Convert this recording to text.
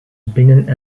binnen